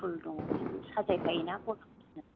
पुल दं बेखौ साजाय खायो ना गलाब पुलजों